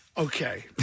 Okay